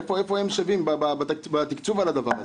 איפה הם שווים בתקצוב על הדבר הזה?